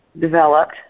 developed